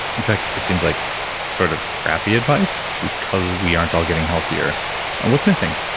in fact, it seems like sort of crappy advice because we aren't all getting healthier what's missing?